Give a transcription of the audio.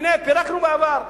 הנה, פירקנו בעבר.